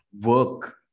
work